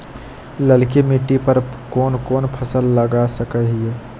ललकी मिट्टी पर कोन कोन फसल लगा सकय हियय?